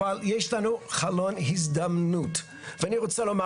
אבל יש לנו חלון הזדמנויות ואני רוצה לומר